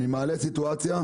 אני מעלה סיטואציה,